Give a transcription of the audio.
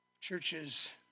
churches